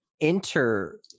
enter